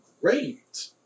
great